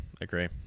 agree